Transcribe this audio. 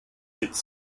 its